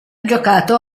giocato